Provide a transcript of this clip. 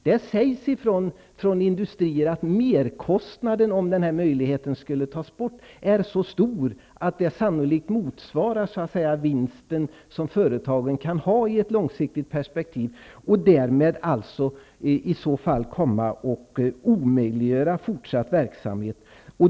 Det sägs från dessa industrier att om möjligheten till sjöfart skulle tas bort skulle merkostnaden sannolikt motsvara den vinst företagen kan ha i ett långsiktigt perspektiv. Det skulle i så fall omöjliggöra fortsatt verksamhet.